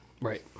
Right